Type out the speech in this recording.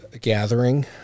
gathering